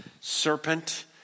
serpent